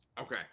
Okay